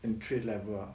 entry level ah